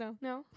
No